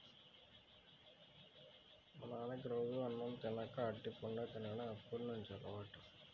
మా నాన్నకి రోజూ అన్నం తిన్నాక అరటిపండు తిన్డం ఎప్పటినుంచో అలవాటంట